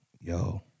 Yo